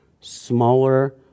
smaller